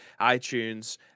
iTunes